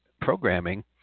programming